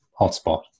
hotspot